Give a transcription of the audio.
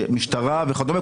משטרה וכדומה,